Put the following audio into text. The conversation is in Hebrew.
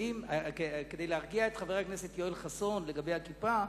כדי להרגיע את יואל חסון לגבי הכיפה,